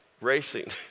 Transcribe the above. racing